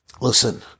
Listen